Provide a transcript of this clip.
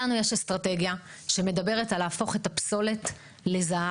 לנו יש אסטרטגיה שמדברת על להפוך את הפסולת לזהב.